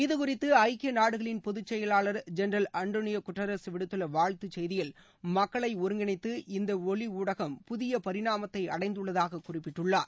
இது குறித்து ஐக்கிய நாடுகளின் பொதுச் செயலாளர் ஜென்ரல் ஆட்டோளியா குட்ரஸ் விடுத்துள்ள வாழ்த்துச் செய்தியில் மக்களை ஒருங்கிணைத்து இந்த ஒலி ஊடகம் புதிய பரிணாமத்தை அடைந்துள்ளதாக குறிப்பிட்டுள்ளார்